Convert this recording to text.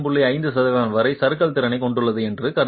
5 சதவீதம் வரை சறுக்கல் திறனைக் கொண்டுள்ளது என்று கருதுங்கள்